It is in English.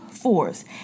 Force